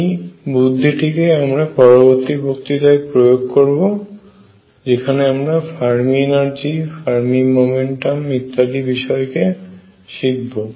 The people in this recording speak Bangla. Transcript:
এই বুদ্ধিটিকেই আমরা পরবর্তী বক্তৃতায় প্রয়োগ প্রয়োগ করব সেখানে আমরা ফার্মি এনার্জি ফার্মি মোমেন্টাম ইত্যাদি বিষয়কে শিখব